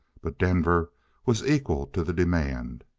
but denver was equal to the demand.